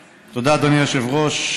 תודה, אדוני היושב-ראש.